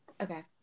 Okay